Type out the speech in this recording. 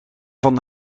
van